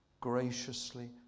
graciously